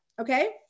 okay